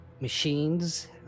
machines